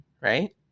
right